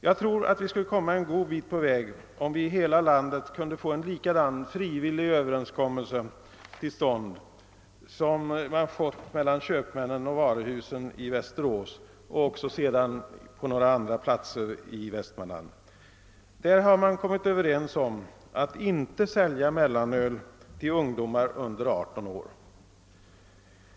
Jag tror att vi skulle komma en god bit på väg, om vi i hela landet kunde få en likadan frivillig överenskommelse till stånd som den som träffats mellan köpmännen och varuhusen i Västerås och sedan också på några andra platser i Västmanland. Där har man kommit överens om att inte sälja mellanöl till ungdomar under 18 år.